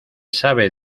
sabe